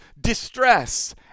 distress